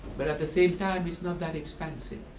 but at the same time it's not that expensive.